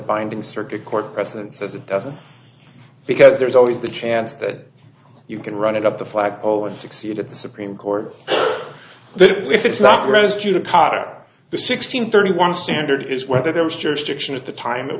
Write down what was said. binding circuit court present says it doesn't because there's always the chance that you can run it up the flagpole and succeed at the supreme court but if it's not great is to cut out the sixteen thirty one standard is whether there was jurisdiction at the time it